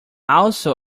also